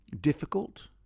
difficult